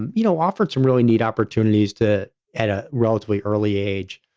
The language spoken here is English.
and you know, offered some really neat opportunities to at a relatively early age,